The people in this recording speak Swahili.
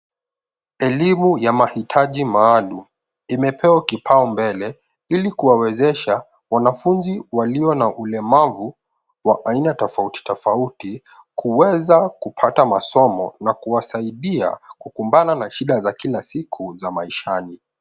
Elimu ya mahitaji maalum imepewa kupau mbele ili kuwawezesha wanafunzi walio na ulemavu wa aina tofauti tofauti kuweza kupata masomo na kuwasaidia kukumbana na shida za kila siku za maishani.